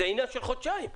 זה עניין של חודשיים.